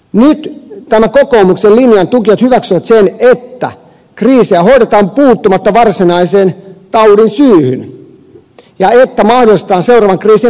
nyt tämän kokoomuksen linjan tukijat hyväksyvät sen että kriisiä hoidetaan puuttumatta varsinaiseen taudin syyhyn ja että mahdollistetaan seuraavien kriisien puhkeaminen